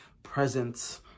Presence